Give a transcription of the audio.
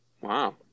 wow